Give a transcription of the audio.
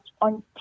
on